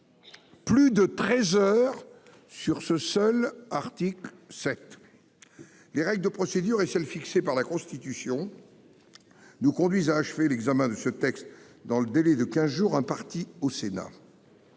Plus de 13h sur ce seul article 7. Les règles de procédure et celles fixées par la Constitution. Nous conduisent à achever l'examen de ce texte dans le délai de 15 jours imparti au Sénat.